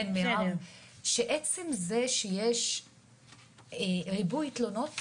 עצם זה שיש ריבוי תלונות,